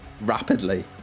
rapidly